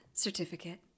Certificate